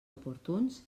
oportuns